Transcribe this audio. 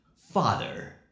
Father